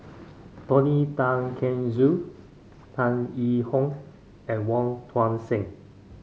Tony Tan Keng Joo Tan Yee Hong and Wong Tuang Seng